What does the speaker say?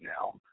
now